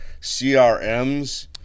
crms